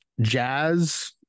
jazz